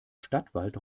stadtwald